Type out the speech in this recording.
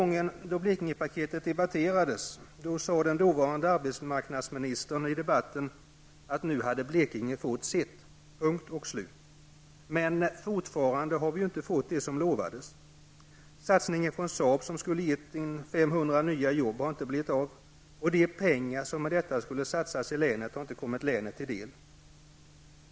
När Blekingepaketet debatterades den gången sade dåvarande arbetsmarknadsministern i debatten att Blekinge nu hade fått sitt -- punkt slut. Men fortfarande har vi i Blekinge inte fått det som lovades. Satsningen från Saab, som skulle ha gett ca 500 nya jobb, har inte blivit av, och de pengar som i och med detta skulle satsas i länet har inte kommit länet till del.